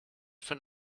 von